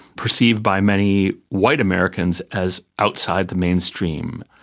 perceived by many white americans as outside the mainstream.